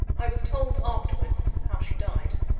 i was told, afterwards, how she died.